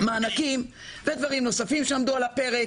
המענקים ודברים נוספים שעמדו על הפרק.